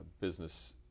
business